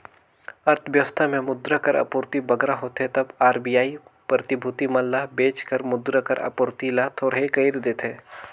अर्थबेवस्था में मुद्रा कर आपूरति बगरा होथे तब आर.बी.आई प्रतिभूति मन ल बेंच कर मुद्रा कर आपूरति ल थोरहें कइर देथे